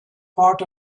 part